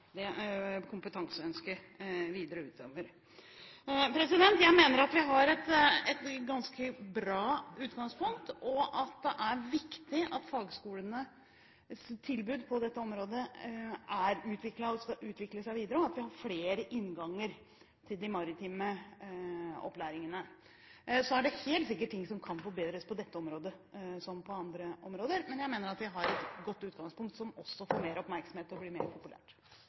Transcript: det kompetanseønsket videre utover. Jeg mener at vi har et ganske bra utgangspunkt, og at det er viktig at fagskolenes tilbud på dette området er utviklet og skal utvikle seg videre, og at vi har flere innganger til de maritime opplæringene. Det er helt sikkert ting som kan forbedres på dette området som på andre områder, men jeg mener at vi har et godt utgangspunkt, som også får mer oppmerksomhet og blir mer populært.